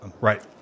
Right